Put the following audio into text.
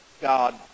God